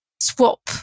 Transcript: swap